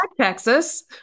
Texas